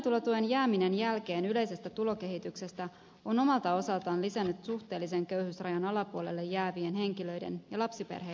toimeentulotuen jääminen jälkeen yleisestä tulokehityksestä on omalta osaltaan lisännyt suhteellisen köyhyysrajan alapuolelle jäävien henkilöiden ja lapsiperheiden määrää